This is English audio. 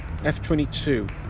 F22